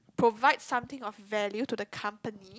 provide something of value to the company